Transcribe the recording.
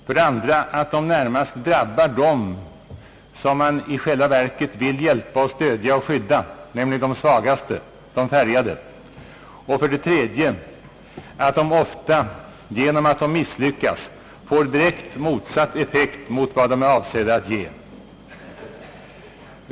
För det andra därför att aktionerna i regel drabbar de människor som man i själva verket vill hjälpa, stödja och skydda, nämligen de svagaste, de färgade. För det tredje därför att aktioner ofta genom att de misslyckas får en direkt motsatt effekt mot den de är avsedda att ge.